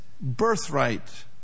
birthright